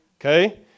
Okay